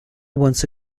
once